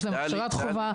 יש להם הכשרת חובה,